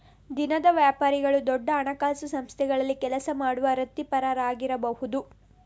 ದಿನದ ವ್ಯಾಪಾರಿಗಳು ದೊಡ್ಡ ಹಣಕಾಸು ಸಂಸ್ಥೆಗಳಲ್ಲಿ ಕೆಲಸ ಮಾಡುವ ವೃತ್ತಿಪರರಾಗಿರಬಹುದು